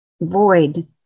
void